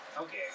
Okay